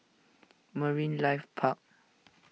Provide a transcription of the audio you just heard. Marine Life Park